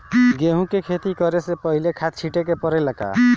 गेहू के खेती करे से पहिले खाद छिटे के परेला का?